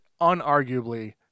unarguably